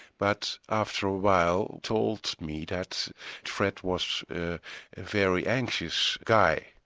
but after a while told me that fred was a very anxious guy.